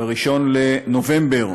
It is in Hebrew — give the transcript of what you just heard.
ב-1 בנובמבר,